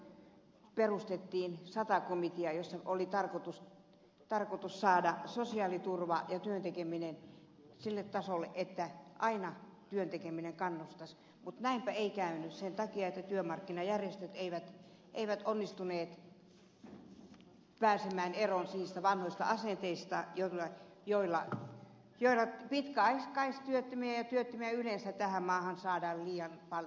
tätä vartenhan perustettiin sata komitea jossa oli tarkoitus saada sosiaaliturva ja työn tekeminen sille tasolle että aina työn tekeminen kannustaisi mutta näinpä ei käynyt sen takia että työmarkkinajärjestöt eivät onnistuneet pääsemään eroon niistä vanhoista asenteista joilla pitkäaikaistyöttömiä ja työttömiä yleensä tähän maahan saadaan liian paljon